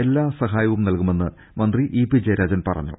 എല്ലാ സഹായങ്ങളും നൽകുമെന്ന് മന്ത്രി ഇ പി ജയരാജൻ പറഞ്ഞു